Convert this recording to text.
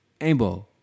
aimbo